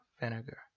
vinegar